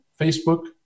Facebook